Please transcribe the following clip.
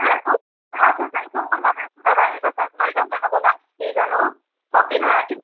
मासु मासु चाहिँ सुँगुरको मासु र रायोको साग लैजाउँ न अब लास्ट सिजन हो सकिन आट्यो